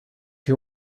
you